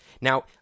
Now